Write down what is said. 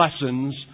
lessons